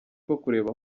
kureba